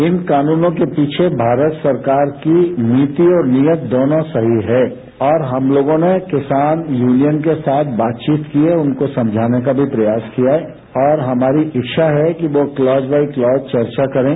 इन कानूनों के पीछे भारत सरकार की नीति और नीयत दोनों सही है और हम लोगों ने किसान यूनियन के साथ बातचीत की है उनको समझाने का भी प्रयास किया है और हमारी इच्छा है कि वह क्लॉज बाई क्लॉज चर्चा करें